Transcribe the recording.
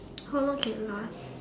how long can last